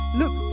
look